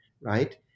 right